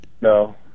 No